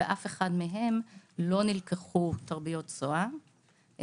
באף אחד מהם לא נלקחו תרביות צואה,